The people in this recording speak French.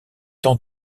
tant